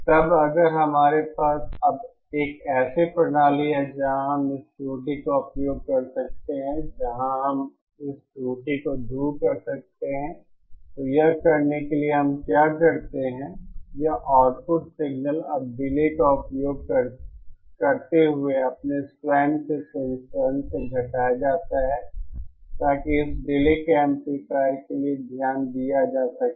तब अगर हमारे पास अब एक ऐसी प्रणाली है जहाँ हम इस त्रुटि का उपयोग कर सकते हैं जहाँ हम इस त्रुटि को दूर कर सकते हैं तो यह करने के लिए कि हम क्या करते हैं यह आउटपुट सिग्नल अब डीले का उपयोग करते हुए अपने स्वयं के संस्करण से घटाया जाता है ताकि इस डीले के एम्पलीफायर लिए ध्यान दिया जा सके